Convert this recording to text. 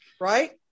right